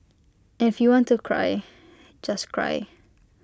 and if you want to cry just cry